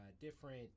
different